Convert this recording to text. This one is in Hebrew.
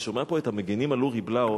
אני שומע פה את המגינים על אורי בלאו,